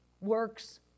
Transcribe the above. works